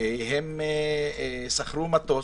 והם שכרו מטוס,